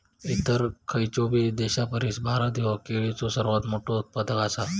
इतर खयचोबी देशापरिस भारत ह्यो केळीचो सर्वात मोठा उत्पादक आसा